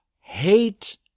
hate